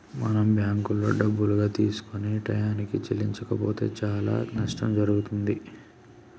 మనం బ్యాంకులో డబ్బులుగా తీసుకొని టయానికి చెల్లించకపోతే చానా నట్టం జరుగుతుంది